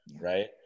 right